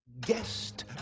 Guest